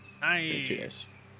Nice